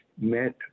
met